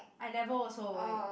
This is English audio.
I never also